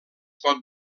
pot